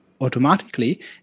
automatically